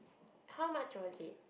how much was it